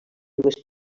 dues